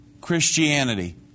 Christianity